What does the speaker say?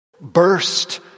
Burst